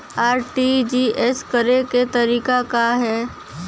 RTGS करे के तरीका का हैं?